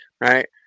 right